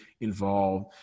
involved